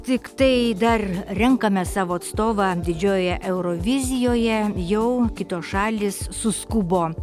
tiktai dar renkame savo atstovą didžiojoje eurovizijoje jau kitos šalys suskubo